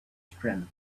strength